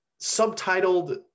subtitled